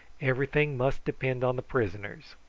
everything must depend on the prisoners.